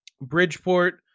Bridgeport